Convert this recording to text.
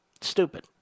Stupid